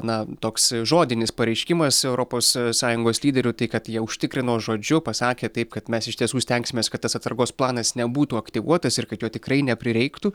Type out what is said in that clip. na toks žodinis pareiškimas europos sąjungos lyderių tai kad jie užtikrino žodžiu pasakė taip kad mes iš tiesų stengsimės kad tas atsargos planas nebūtų aktyvuotas ir kad jo tikrai neprireiktų